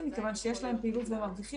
מכיוון שיש להם פעילות והם מרווחים.